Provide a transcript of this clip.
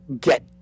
get